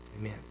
Amen